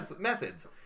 methods